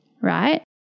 right